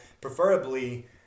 preferably